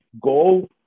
goal